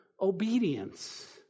obedience